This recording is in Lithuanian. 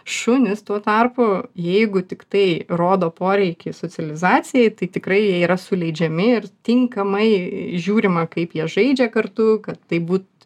šunys tuo tarpu jeigu tik tai rodo poreikį socializacijai tai tikrai jie yra suleidžiami ir tinkamai žiūrima kaip jie žaidžia kartu kad taip būt